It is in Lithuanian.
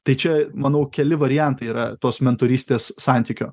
tai čia manau keli variantai yra tos mentorystės santykio